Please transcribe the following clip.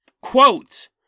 quote